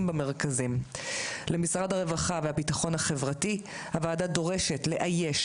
במרכזים; למשרד הרווחה והביטחון החברתי הוועדה דורשת לאייש